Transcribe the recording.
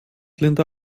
linda